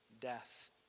death